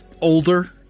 older